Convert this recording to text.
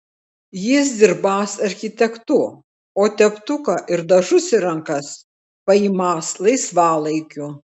jis dirbąs architektu o teptuką ir dažus į rankas paimąs laisvalaikiu